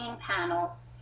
panels